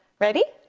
ready?